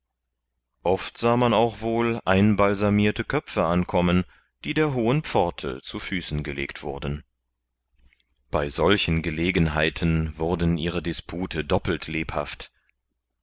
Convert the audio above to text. oft sah man auch wohl einbalsamirte köpfe ankommen die der hohen pforte zu füßen gelegt wurden bei solchen gelegenheiten wurden ihre dispüte doppelt lebhaft